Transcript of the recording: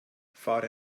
fahre